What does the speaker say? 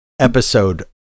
episode